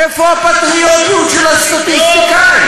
איפה הפטריוטיות של הסטטיסטיקאי?